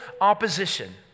opposition